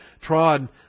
trod